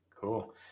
Cool